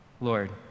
Lord